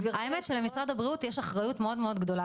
האמת שלמשרד הבריאות יש אחריות מאוד מאוד גדולה